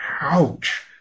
ouch